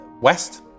west